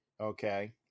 okay